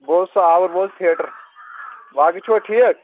بہٕ اوسُس آوُر بہٕ اوسُس تھیٹر باقٕے چھِوا ٹھیٖک